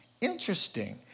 interesting